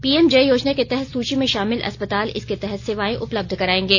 PM जय योजना के तहत सूची में शामिल अस्पताल इसके तहत सेवाएं उपलब्ध कराएंगे